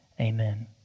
Amen